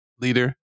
leader